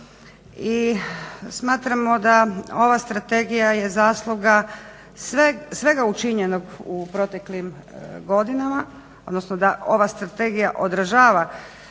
i smatramo da ova strategija je zasluga svega učinjenog u proteklim godinama, odnosno da ova strategija odražava